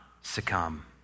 succumb